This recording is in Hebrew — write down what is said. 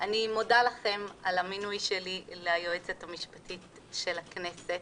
אני מודה לכם על המינוי שלי ליועצת המשפטית של הכנסת.